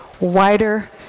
wider